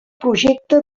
projecte